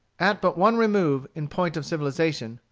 at but one remove, in point of civilization,